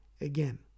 again